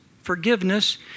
Forgiveness